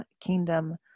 kingdom